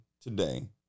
today